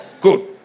Good